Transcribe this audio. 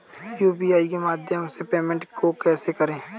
UPI के माध्यम से पेमेंट को कैसे करें?